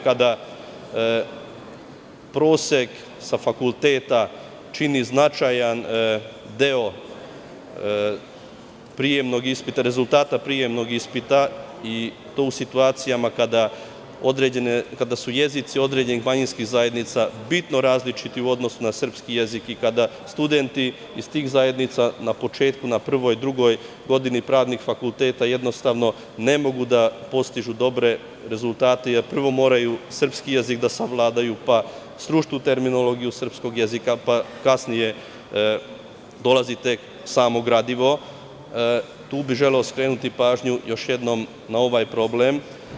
Kada prosek sa fakulteta čini značajan deo rezultata prijemnog ispita, i to u situacijama kada su jezici određenih manjinskih zajednica bitno različiti u odnosu na srpski jezik i kada studenti iz tih zajednica na početku, na prvoj, drugoj godini pravnih fakulteta jednostavno ne mogu da postižu dobre rezultate jer prvo moraju srpski jezik da savladaju, pa stručnu terminologiju srpskog jezika, pa kasnije dolazi tek samo gradimo, tu bih želeo skrenuti pažnju još jednom na ovaj problem.